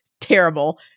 terrible